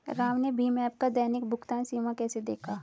राम ने भीम ऐप का दैनिक भुगतान सीमा कैसे देखा?